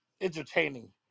entertaining